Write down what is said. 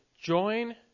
join